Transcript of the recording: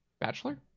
Bachelor